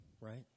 right